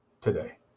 today